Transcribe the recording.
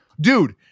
dude